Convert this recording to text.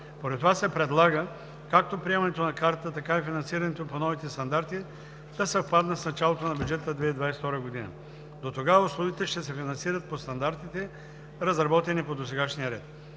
Поради това се предлага както приемането на Картата, така и финансирането по новите стандарти да съвпаднат с началото на бюджетната 2022 година. Дотогава услугите ще се финансират по стандартите, разработени по досегашния ред.